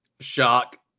shock